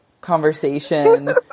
conversation